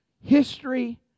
History